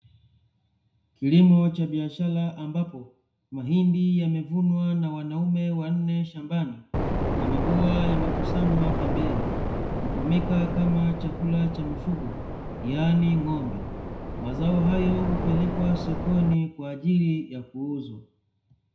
Kilimo cha biashara ambapo mahindi yamevunwa na wanaume wanne shambani, na mabua yamekusanywa pembeni, kutumika kama chakula cha mifugo yaani ng'ombe; mazao hayo hupelekwa sokoni kwa ajili ya kuuzwa.